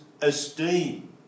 esteem